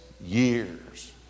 years